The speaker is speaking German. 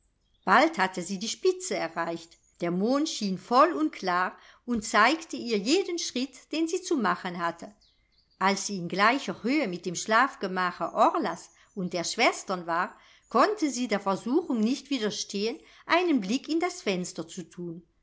bald hatte sie die spitze erreicht der mond schien voll und klar und zeigte ihr jeden schritt den sie zu machen hatte als sie in gleicher höhe mit dem schlafgemache orlas und der schwestern war konnte sie der versuchung nicht widerstehen einen blick in das fenster zu thun